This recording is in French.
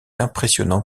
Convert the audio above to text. impressionnant